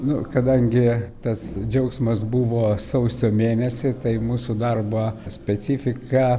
nu kadangi tas džiaugsmas buvo sausio mėnesį tai mūsų darbo specifika